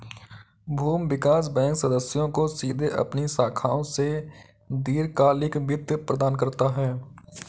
भूमि विकास बैंक सदस्यों को सीधे अपनी शाखाओं से दीर्घकालिक वित्त प्रदान करता है